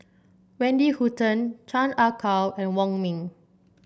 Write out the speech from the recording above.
Wendy Hutton Chan Ah Kow and Wong Ming